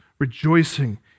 rejoicing